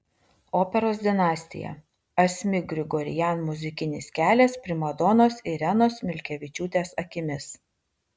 operos dinastija asmik grigorian muzikinis kelias primadonos irenos milkevičiūtės akimis